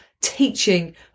teaching